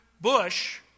bush